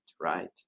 right